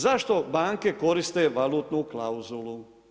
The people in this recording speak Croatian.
Zašto banke koriste valutnu klauzulu?